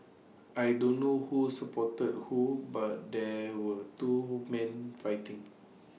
I don't know who supported who but there were two men fighting